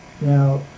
Now